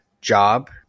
job